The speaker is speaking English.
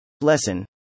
Lesson